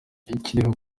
ikiriho